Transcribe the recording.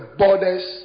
borders